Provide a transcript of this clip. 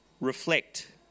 reflect